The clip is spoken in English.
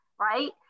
right